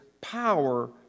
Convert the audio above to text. power